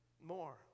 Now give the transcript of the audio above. more